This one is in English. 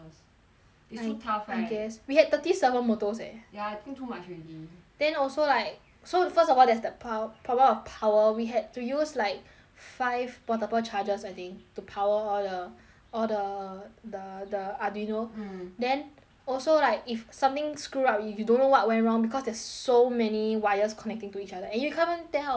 it's too tough right I guess we had thirty seven motors eh ya I think too much already then also like so first of all there's the pow~ pow~ pop out power we had to use like five portable chargers I think to power all the all the the the Arduino mm then also like if something screw up you don't know what went wrong because there's so many wires connecting to each other and you can't even tell ya that's the thing